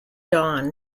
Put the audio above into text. dawn